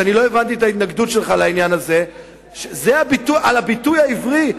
שאני לא הבנתי את ההתנגדות שלך לעניין הזה על הביטוי העברי.